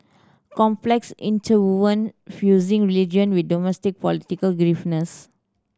complex interwoven fusing religion with domestic political